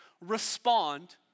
respond